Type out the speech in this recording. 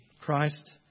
Christ